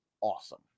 awesome